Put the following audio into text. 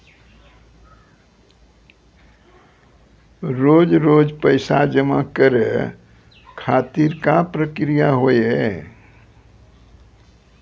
रोज रोज पैसा जमा करे खातिर का प्रक्रिया होव हेय?